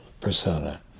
persona